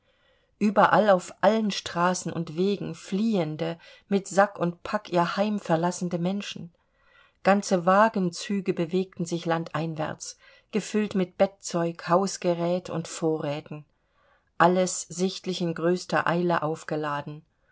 überall auf allen straßen und wegen fliehende mit sack und pack ihr heim verlassende menschen ganze wagenzüge bewegten sich landeinwärts gefüllt mit bettzeug hausgerät und vorräten alles sichtlich in größter eile aufgeladen